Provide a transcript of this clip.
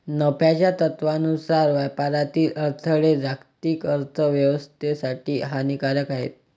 नफ्याच्या तत्त्वानुसार व्यापारातील अडथळे जागतिक अर्थ व्यवस्थेसाठी हानिकारक आहेत